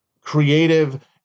creative